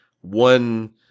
one